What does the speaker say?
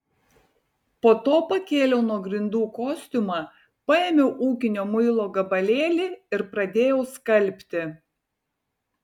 po to pakėliau nuo grindų kostiumą paėmiau ūkinio muilo gabalėlį ir pradėjau skalbti